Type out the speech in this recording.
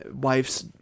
wife's